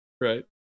right